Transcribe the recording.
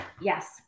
Yes